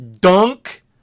dunk